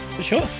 Sure